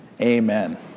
amen